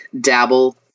dabble